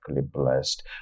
blessed